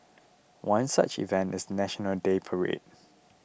one such event is the National Day parade